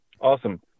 awesome